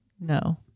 no